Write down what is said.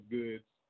goods